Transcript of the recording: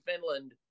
Finland